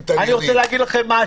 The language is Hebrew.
עכשיו אני רוצה להגיד לכם.